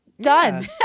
Done